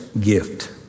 gift